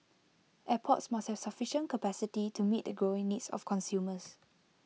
airports must have sufficient capacity to meet the growing needs of consumers